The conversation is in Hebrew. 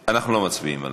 כן, אמרו שלא מצביעים.